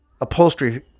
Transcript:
upholstery